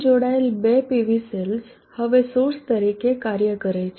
અહીં જોડાયેલ બે PV સેલ્સ હવે સોર્સ તરીકે કાર્ય કરે છે